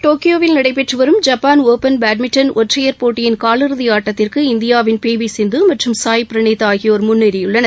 டோக்கியோவில் நடைபெற்றுவரும் Japan Open badminton ஒற்றையர் போட்டியின் காலிறதிஆட்டத்திற்கு இந்தியாவின் பிவிசிந்துமற்றும் சாய் பிரனீத் ஆகியோர் முன்னேறியுள்ளனர்